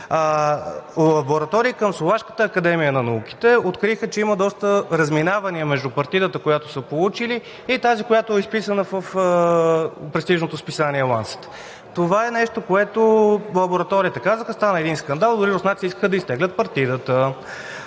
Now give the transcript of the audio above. Лаборатории към Словашката академия на науките откриха, че има доста разминавания между партидата, която са получили и тази, която е изписана в престижното списание „Лансет“. Това е нещо, което лабораториите казаха: „Стана един скандал. Дори руснаците искаха да изтеглят партидата.“